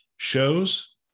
shows